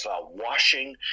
washing